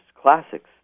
Classics